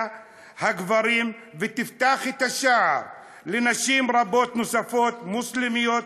הגברים ותפתח את השער לנשים רבות נוספות מוסלמיות,